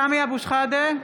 (קוראת בשמות חברי הכנסת) סמי אבו שחאדה,